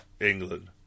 England